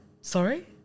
sorry